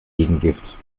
gegengift